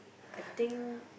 I think